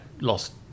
Lost